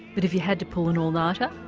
but if you had to pull an all nighter?